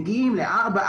מגיעים ל-4,